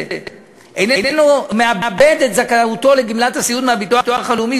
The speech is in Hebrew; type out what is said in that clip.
איננו מאבד את זכאותו לגמלת הסיעוד מהביטוח הלאומי,